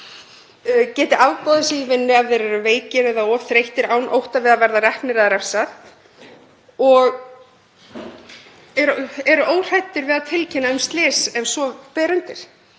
geti afboðað sig í vinnu ef þeir eru veikir eða of þreyttir án ótta við að verða reknir eða refsað og eru óhræddir við að tilkynna um slys ef svo ber undir.